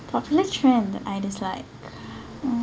popular trend that I dislike mm